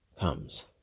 comes